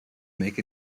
make